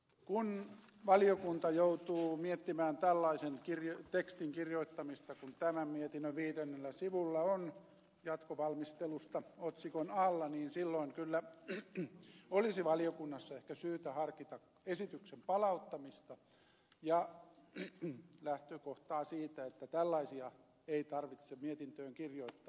kun valiokunta joutuu miettimään tällaisen tekstin kirjoittamista kuin tämän mietinnön viidennellä sivulla on jatkovalmistelusta otsikon alla niin silloin kyllä olisi valiokunnassa ehkä syytä harkita esityksen palauttamista ja sitä lähtökohtaa että tällaisia ei tarvitse mietintöön kirjoittaa